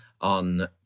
on